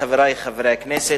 חברי חברי הכנסת,